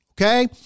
okay